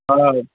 آ